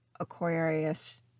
Aquarius